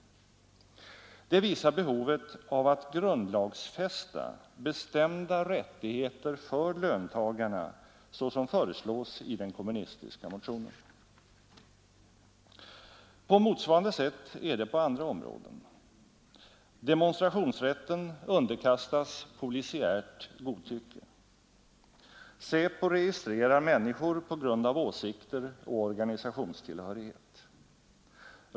Det visar behovet av att grundlagsfästa bestämda rättigheter för löntagarna, såsom föreslås i den kommunistiska motionen. På motsvarande sätt är det på andra områden. Demonstrationsrätten underkastas polisiärt godtycke. SÄPO registrerar människor på grund av åsikter och organisationstillhörighet.